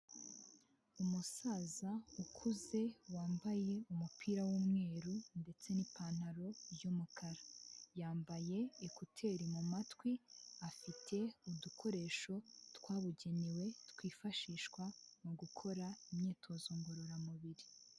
Umusaza ukuze wambaye umupira w'umweru ndetse n'ipantaro y'umukara, yambaye ekuteri mu matwi, afite udukoresho twabugenewe twifashishwa mu gukora imyitozo ngororamubiri.